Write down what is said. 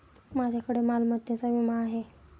माझ्याकडे मालमत्तेचा विमा आहे